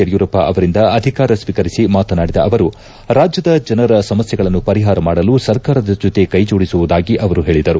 ಯಡಿಯೂರಪ್ಪ ಅವರಿಂದ ಅಧಿಕಾರ ಸ್ವೀಕರಿಸಿ ಮಾತನಾಡಿದ ಅವರು ರಾಜ್ಯದ ಜನರ ಸಮಸ್ನೆಗಳನ್ನು ಪರಿಹಾರ ಮಾಡಲು ಸರ್ಕಾರದ ಜೊತೆ ಕೈಜೋಡಿಸಿ ಕೆಲಸ ಮಾಡುವುದಾಗಿ ಅವರು ಹೇಳಿದರು